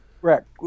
correct